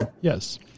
Yes